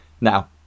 Now